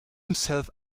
himself